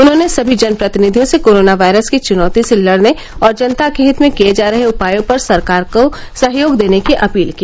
उन्होंने सभी जनप्रतिनिधियों से कोरोना वायरस की चुनौती से लड़ने और जनता के हित में किए जा रहे उपायों पर सरकार को सहयोग देने की अपील की